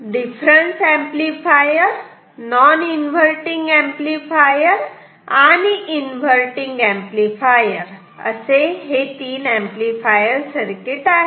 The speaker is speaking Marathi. difference amplifier non inverting amplifier आणि इन्व्हर्टटिंग एंपलीफायर असे हे तीन ऍम्प्लिफायर सर्किट आहेत